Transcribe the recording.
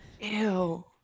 ew